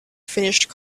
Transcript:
finished